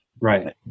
Right